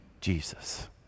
Jesus